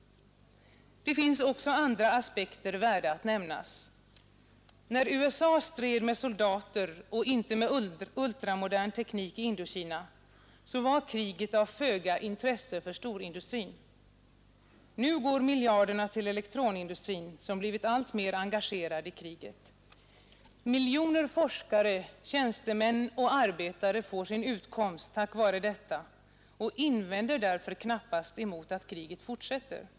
Det finns också andra aspekter värda att nämnas. När USA stred med soldater och inte med ultramodern teknik i Indokina, var kriget av föga intresse för storindustrin. Nu går miljarderna till elektronindustrin som blivit alltmer engagerad i kriget. Miljoner forskare, tjänstemän och arbetare får sin utkomst tack vare detta och invänder därför knappast emot att kriget fortsätter.